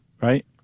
right